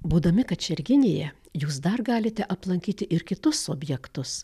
būdami kačerginėje jūs dar galite aplankyti ir kitus objektus